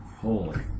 Holy